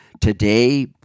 today